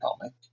comic